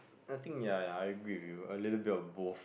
I think ya ya I agree with you a little bit of both